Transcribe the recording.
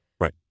Right